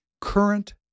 current